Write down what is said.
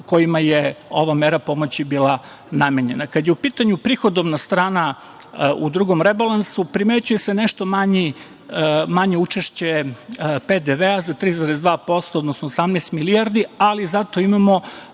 kojima je ova mera pomoći bila namenjena. Kada je u pitanju prihodovna strana u drugom rebalansu, primećuje se nešto manje učešće PDV za 3,2%, odnosno 18 milijardi ali zato imamo